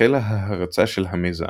החלה ההרצה של המיזם,